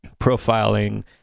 profiling